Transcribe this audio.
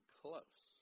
close